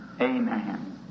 Amen